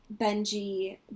Benji